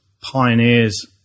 pioneers